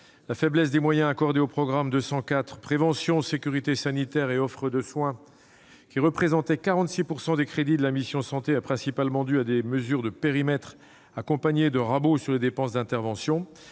La faiblesse des moyens accordés au programme 204, « Prévention, sécurité sanitaire et offre de soins », qui représentait 46 % des crédits de la mission « Santé », est principalement due à des mesures de périmètre, accompagnées de coups de rabot sur les dépenses d'intervention.